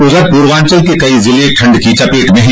उधर पूर्वाचल के कई जिले ठंड की चपेट में हैं